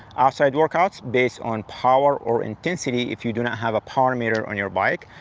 outside workouts, based on power or intensity, if you do not have a power meter on your bike.